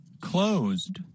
Closed